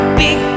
big